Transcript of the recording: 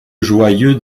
joyeux